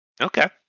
Okay